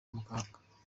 muganga